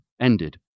ended